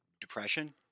Depression